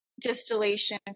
distillation